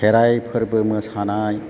खेराइ फोर्बो मोसानाय